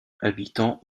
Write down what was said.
habitants